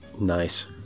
Nice